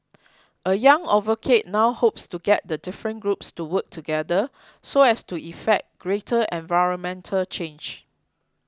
a young now hopes to get the different groups to work together so as to effect greater environmental change